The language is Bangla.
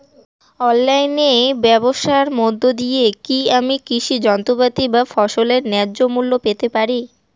অনলাইনে ব্যাবসার মধ্য দিয়ে কী আমি কৃষি যন্ত্রপাতি বা ফসলের ন্যায্য মূল্য পেতে পারি?